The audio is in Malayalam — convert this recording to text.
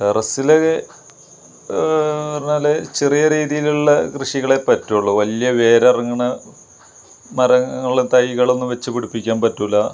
ടെറസിൽ പറഞ്ഞാൽ ചെറിയ രീതിയിലുള്ള കൃഷികളെ പറ്റുള്ളു വലിയ വേര് ഇറങ്ങുന്ന മരങ്ങൾ തൈകളൊന്നും വച്ച് പിടിപ്പിക്കാന് പറ്റില്ല